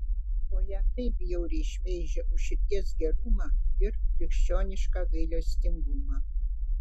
o ją taip bjauriai šmeižia už širdies gerumą ir krikščionišką gailestingumą